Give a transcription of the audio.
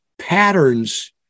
patterns